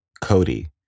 Cody